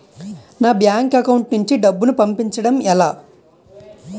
నా bank account నుంచి డబ్బును పంపించడం ఎలా?